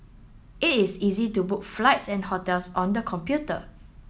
is easy to book flights and hotels on the computer